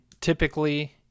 typically